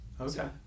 Okay